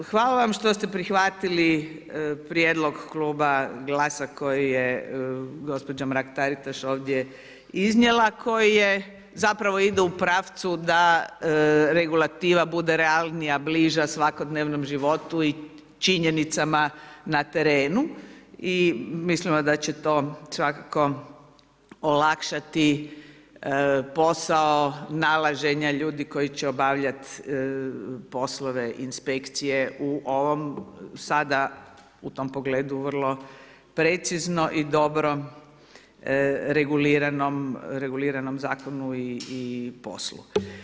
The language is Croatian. Hvala vam što ste prihvatili prijedlog kluba GLAS-a koji je gospođa Mrak-Taritaš ovdje iznijela koji je zapravo ide u pravcu da regulativa bude realnija, bliža svakodnevnom životu i činjenicama na terenu i mislimo da će to svakako olakšati posao nalaženja ljudi koji će obavljat poslove inspekcije u ovom sada, u tom pogledu vrlo precizno i dobro reguliranom zakonu i poslu.